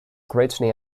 greatly